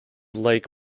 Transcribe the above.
lake